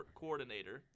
coordinator